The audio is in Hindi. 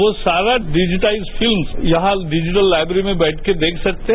वो सारा डिजिटाइस फिल्म यहां डिजिटल लाइब्रेरी में बैठ कर देख सकते हैं